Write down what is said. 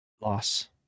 loss